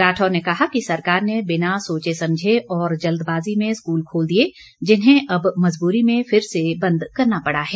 राठौर ने कहा कि सरकार ने बिना सोचे समझे और जल्दबाजी में स्कूल खोल दिए जिन्हें अब मजबूरी में फिर से बंद करना पड़ा है